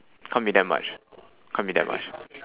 can't be that much can't be that much